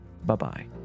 Bye-bye